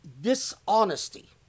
dishonesty